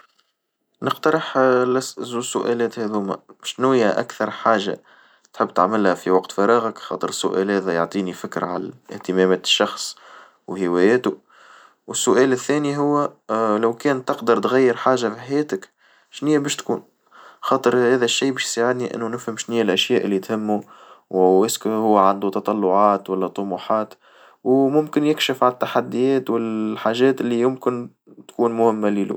نقترح السؤالات هذوما، شنو هي أكثر حاجة تحب تعملها في وقت فراغك خاطر السؤال هذا يعطيني فكرة على اهتمامات الشخص وهواياته، والسؤال الثاني هو لو كان تقدر تغير حاجة من حياتك شني باش تكون خاطر هذا الشيء باش يساعدني إنو نفهم شني هي الأشياء اللي تهمو ويذكرعندو تطلعات والا طموحات ويمكن يكشف على التحديات والحاجات اللي يمكن تكون مهمة ليلو.